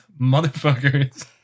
motherfuckers